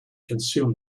consume